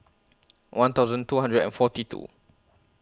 one thousand two hundred and forty two